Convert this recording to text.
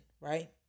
right